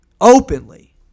openly